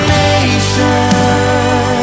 nation